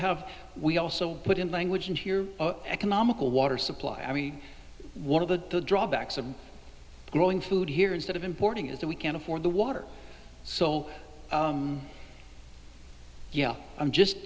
have we also put in language and economical water supply i mean one of the drawbacks of growing food here is that of importing is that we can't afford the water so yeah i'm just